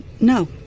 no